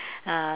uh